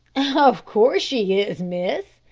of course she is, miss,